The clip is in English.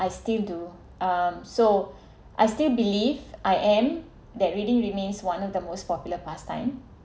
I still do um so I still believe I am that reading remains one of the most popular pastime